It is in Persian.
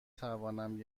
توانم